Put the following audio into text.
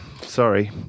Sorry